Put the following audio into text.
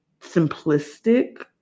simplistic